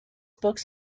books